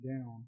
down